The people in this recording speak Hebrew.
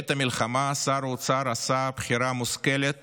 בעת המלחמה שר האוצר עשה בחירה מושכלת